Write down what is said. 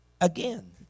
again